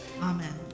Amen